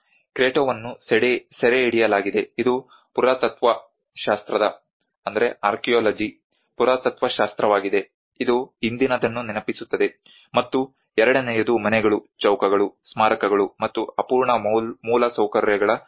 ಕ್ರೆಟೊವನ್ನು ಸೆರೆಹಿಡಿಯಲಾಗಿದೆ ಇದು ಪುರಾತತ್ತ್ವ ಶಾಸ್ತ್ರದ ಪುರಾತತ್ತ್ವ ಶಾಸ್ತ್ರವಾಗಿದೆ ಇದು ಹಿಂದಿನದನ್ನು ನೆನಪಿಸುತ್ತದೆ ಮತ್ತು ಎರಡನೆಯದು ಮನೆಗಳು ಚೌಕಗಳು ಸ್ಮಾರಕಗಳು ಮತ್ತು ಅಪೂರ್ಣ ಮೂಲಸೌಕರ್ಯಗಳ ಸ್ಮಶಾನವಾಗಿದೆ